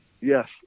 Yes